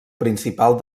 principal